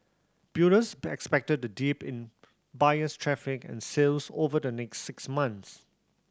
builders expected the dip in buyers traffic and sales over the next six months